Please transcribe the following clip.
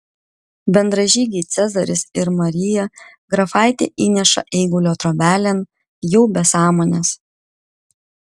bendražygiai cezaris ir marija grafaitę įneša eigulio trobelėn jau be sąmonės